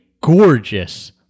gorgeous